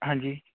ਹਾਂਜੀ